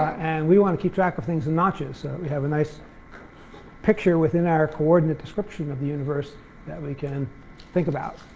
and we want to keep track of things in notches so we have a nice picture within our coordinate description of the universe that we can think about.